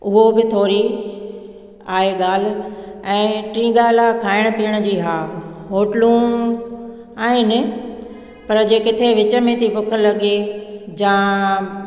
उहो बि थोरी आहे ॻाल्हि ऐं टी ॻाल्हि आहे खाइणु पीअण जी हा होटलूं आहिनि पर जे किथे विच में थी बुख लॻे या